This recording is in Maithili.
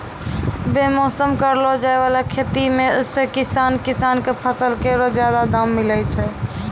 बेमौसम करलो जाय वाला खेती सें किसान किसान क फसल केरो जादा दाम मिलै छै